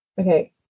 Okay